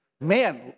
Man